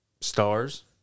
stars